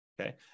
Okay